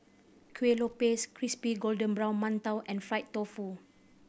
Kueh Lupis crispy golden brown mantou and fried tofu